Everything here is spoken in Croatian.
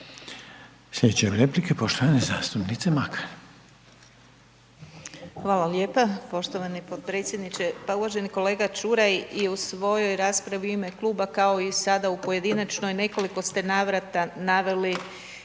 Sljedeća replika je poštovane zastupnice Sabolek.